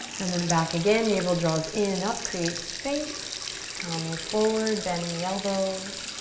and then back again, navel draws in and up, create space, coming forward, bend the elbows.